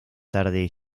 tarde